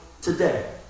today